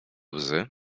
łzy